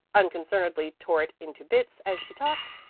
unconcernedly tore it into bits as she talked,